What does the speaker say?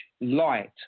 light